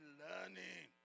learning